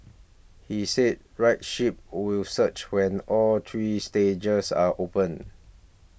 he said rideship will surge when all three stages are open